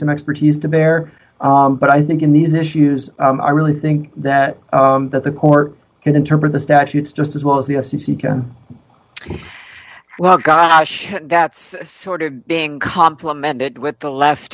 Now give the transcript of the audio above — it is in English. some expertise to bear but i think in these issues i really think that that the court can interpret the statutes just as well as the f c c can well gosh that's sort of being complimented with the left